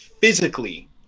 physically